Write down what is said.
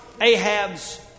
Ahab's